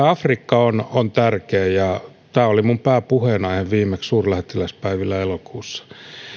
afrikka on on tärkeä ja tämä oli minun pääpuheenaiheeni viimeksi suurlähettiläspäivillä elokuussa